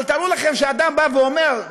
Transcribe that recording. אבל תארו לכם שאדם בא ואומר: